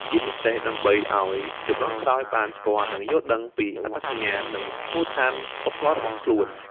ជាពិសេសដើម្បីឲ្យជំនាន់ក្រោយបានស្គាល់ និងយល់ដឹងពីអត្តសញ្ញាណ និងមូលដ្ឋានវប្បធម៌របស់ខ្លួន។